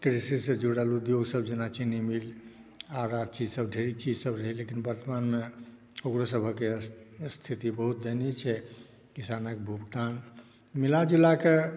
कृषिसॅं जुड़ल उद्योगसभ जेना चीनी मिल आर आर चीज़सभ ढेरी चीज़सभ रहै लेकिन वर्तमानमे ओकरोसभक स्थिति बहुत दयनीय छै किसानक भुगतान मिला जुलाकऽ